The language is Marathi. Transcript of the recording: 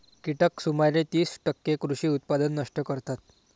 कीटक सुमारे तीस टक्के कृषी उत्पादन नष्ट करतात